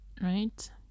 Right